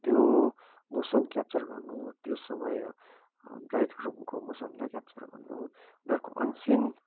त्यो motion capture गर्नु त्यो समय ब्राइड ग्रुमको मोसनलाई क्याप्चर गर्नु उनीहरूको अनसिन